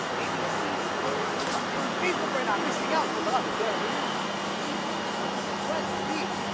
maybe steve is posting something on facebook right now. i'm missing out with rob. is there a link in c steve? it's my best friend steve.